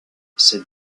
ces